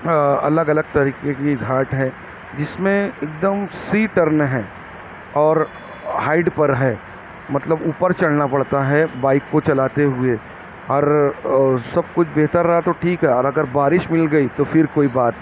الگ الگ طریقے کی گھاٹ ہے اس میں ایک دم سی ٹرن ہیں اور ہائیٹ پر ہے مطلب اوپر چڑھنا پڑتا ہے بائک کو چلاتے ہوئے اور سب کچھ بہتر رہا تو ٹھیک ہے اور اگر بارش مل گئی تو پھر کوئی بات